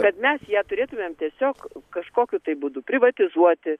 kad mes ją turėtumėm tiesiog kažkokiu būdu privatizuoti